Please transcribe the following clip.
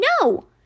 No